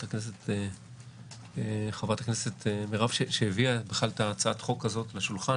הכנסת מירב שהביאה בכלל את הצעת החוק הזאת לשולחן.